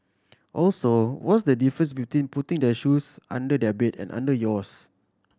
also what's the difference between putting their shoes under their bed and under yours